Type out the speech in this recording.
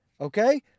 Okay